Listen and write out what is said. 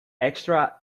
extra